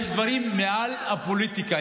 יש דברים מעל הפוליטיקה.